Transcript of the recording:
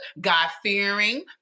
god-fearing